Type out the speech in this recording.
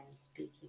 speaking